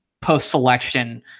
post-selection